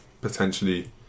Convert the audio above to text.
potentially